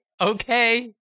Okay